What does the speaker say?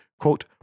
quote